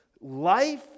life